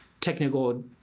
technical